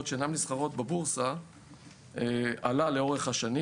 שאינן נסחרות בבורסה עלה לאורך השנים.